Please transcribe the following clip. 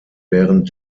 während